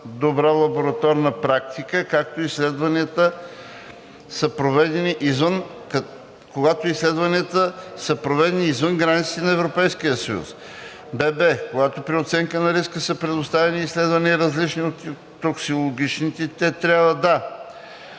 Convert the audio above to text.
добра лабораторна практика, когато изследванията са проведени извън границите на Европейския съюз; бб) когато при оценка на риска са предоставени изследвания, различни от токсикологичните, те трябва да: